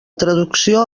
traducció